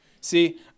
See